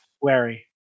Wary